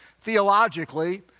theologically